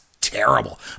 terrible